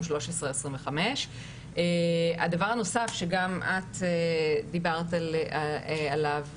1325. הדבר הנוסף שגם את דיברת עליו,